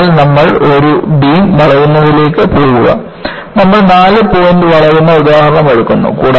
അതിനാൽ നമ്മൾ ഒരു ബീം വളയുന്നതിലേക്ക് പോകുക നമ്മൾ നാല് പോയിന്റ് വളയുന്ന ഉദാഹരണം എടുക്കുന്നു